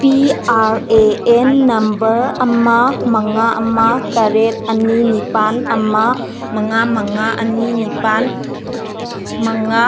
P R A N number ꯑꯃ ꯃꯉꯥ ꯑꯃ ꯇꯔꯦꯠ ꯑꯅꯤ ꯅꯤꯄꯥꯜ ꯑꯃ ꯃꯉꯥ ꯃꯉꯥ ꯑꯅꯤ ꯅꯤꯄꯥꯜ ꯃꯉꯥ